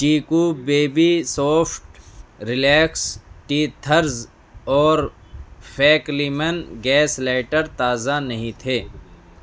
چیکو baby soft relax teethers اور فیکلیمن گیس لیٹر تازہ نہیں تھے